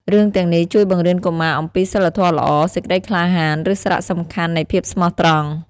រឿងទាំងនេះជួយបង្រៀនកុមារអំពីសីលធម៌ល្អ សេចក្ដីក្លាហាន ឬសារៈសំខាន់នៃភាពស្មោះត្រង់។